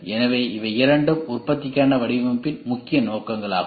எனவே இவை இரண்டும் உற்பத்திக்கான வடிவமைப்பின் முக்கிய நோக்கங்கள் ஆகும்